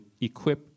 equip